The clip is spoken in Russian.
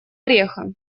ореха